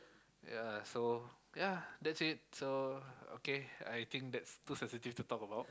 ya so ya that's it so okay I think that's too sensitive to talk about